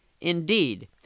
Indeed